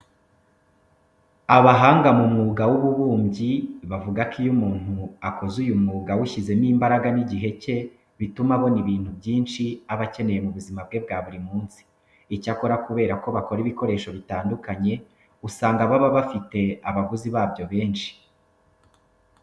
Abahanga mu bijyanye n'umwuga w'ububumbyi bavuga ko iyo umuntu akoze uyu mwuga awushyizemo imbaraga n'igihe cye bituma abona ibintu byinshi aba akeneye mu buzima bwe bwa buri munsi. Icyakora kubera ko bakora ibikoresho bitandukanye, usanga baba bafite abaguzi babyo benshi.